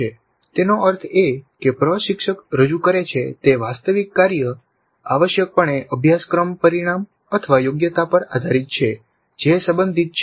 તેનો અર્થ એ કે પ્રશિક્ષક રજૂ કરે છે તે વાસ્તવિક કાર્ય આવશ્યકપણે અભ્યાશક્રમ પરિણામયોગ્યતા પર આધારિત છે જે સંબંધિત છે